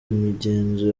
imigenzo